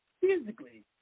physically